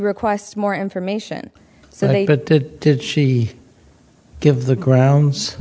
request more information so they did did she give the grounds